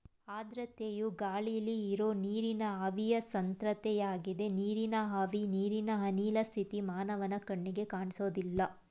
ಆರ್ದ್ರತೆಯು ಗಾಳಿಲಿ ಇರೋ ನೀರಿನ ಆವಿಯ ಸಾಂದ್ರತೆಯಾಗಿದೆ ನೀರಿನ ಆವಿ ನೀರಿನ ಅನಿಲ ಸ್ಥಿತಿ ಮಾನವನ ಕಣ್ಣಿಗೆ ಕಾಣ್ಸೋದಿಲ್ಲ